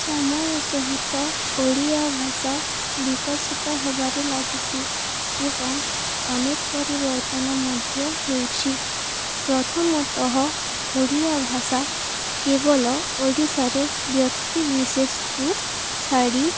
ସମୟ ସହିତ ଓଡ଼ିଆ ଭାଷା ବିକଶିତ ହେବାରେ ଲାଗିଛି ଏବଂ ଅନେକ ପରିବର୍ତ୍ତନ ମଧ୍ୟ ହେଉଛି ପ୍ରଥମତଃ ଓଡ଼ିଆ ଭାଷା କେବଳ ଓଡ଼ିଶାରେ ବ୍ୟକ୍ତି ବିିଶେଷକୁ ଛାଡ଼ି